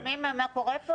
ואו, אתם שמים לב מה קורה פה?